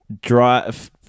drive